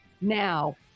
now